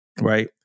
right